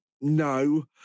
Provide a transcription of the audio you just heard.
No